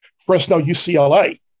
Fresno-UCLA